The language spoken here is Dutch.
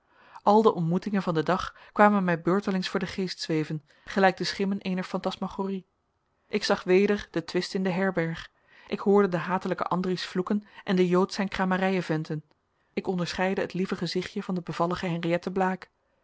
al de ontmoetingen van den dag kwamen mij beurtelings voor den geest zweven gelijk de schimmen eener fantasmagorie ik zag weder den twist in de herberg ik hoorde den hatelijken andries vloeken en den jood zijn kramerijen venten ik onderscheidde het lieve gezichtje van de bevallige henriëtte blaek